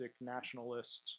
nationalists